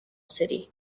city